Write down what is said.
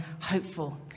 hopeful